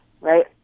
right